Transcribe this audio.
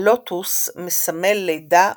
הלוטוס מסמל לידה ותחיה,